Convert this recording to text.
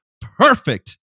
perfect